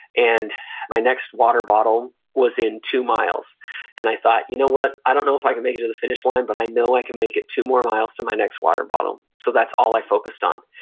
and my next water bottle was in two miles and i thought, you know what? i don't know if i can make it to the finish line, but i know i can make it two more miles to my next water bottle. so that's all i focused on.